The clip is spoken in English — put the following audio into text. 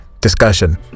discussion